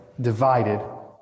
divided